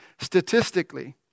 Statistically